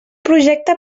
projecte